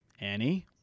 Annie